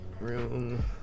room